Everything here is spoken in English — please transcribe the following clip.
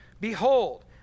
Behold